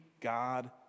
God